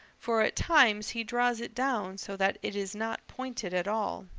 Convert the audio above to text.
for at times he draws it down so that it is not pointed at all.